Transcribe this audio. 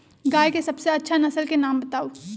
गाय के सबसे अच्छा नसल के नाम बताऊ?